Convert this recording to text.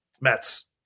Mets